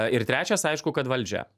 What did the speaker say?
ir trečias aišku kad valdžia